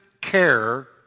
care